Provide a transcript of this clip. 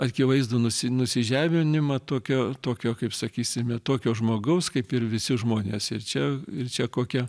akivaizdų nusi nusižeminimą tokio tokio kaip sakysime tokio žmogaus kaip ir visi žmonės ir čia ir čia kokia